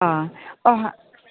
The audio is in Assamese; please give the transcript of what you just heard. অ' অহা